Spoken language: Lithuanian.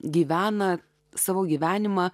gyvena savo gyvenimą